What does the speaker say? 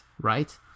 Right